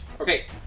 Okay